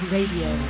Radio